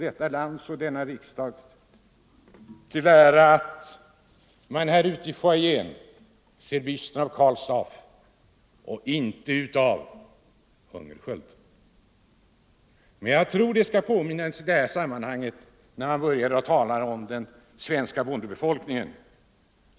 Detta land och denna riksdag må hållas räkning för att vi i riksdagshusets foajé har en byst av Karl Staaff men inte av Hungerskjöld. Jag tror att vi skall erinra oss detta när man i detta sammanhang börjar tala om den svenska bondebefolkningen.